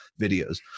videos